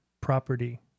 property